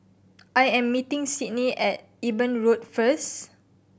I am meeting Sydnie at Eben Road first